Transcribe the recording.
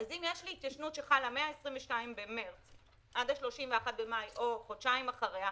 אם יש לי התיישנות שחלה מה-22 במרץ עד ה-31 במאי או חודשיים אחריה,